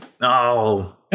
No